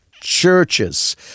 churches